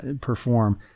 perform